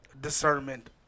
discernment